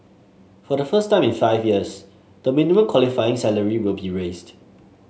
for the first time in five years the minimum qualifying salary will be raised